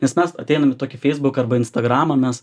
nes mes ateinam į tokį feisbuką arba instagramą mes